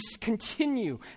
continue